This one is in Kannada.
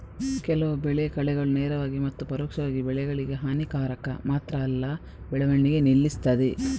ಕೆಲವು ಬೆಳೆ ಕಳೆಗಳು ನೇರವಾಗಿ ಮತ್ತು ಪರೋಕ್ಷವಾಗಿ ಬೆಳೆಗಳಿಗೆ ಹಾನಿಕಾರಕ ಮಾತ್ರ ಅಲ್ಲ ಬೆಳವಣಿಗೆ ನಿಲ್ಲಿಸ್ತದೆ